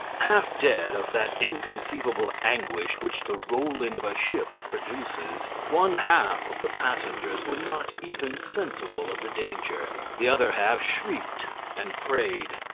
half dead of that inconceivable anguish which the rolling of a ship produces, one-half of the passengers were not even sensible of the danger. the other half shrieked and prayed.